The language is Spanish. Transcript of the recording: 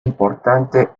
importante